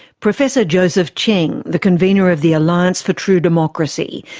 professor joseph cheng, the convenor of the alliance for true democracy,